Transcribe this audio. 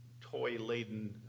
toy-laden